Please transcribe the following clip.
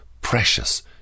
precious